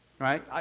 right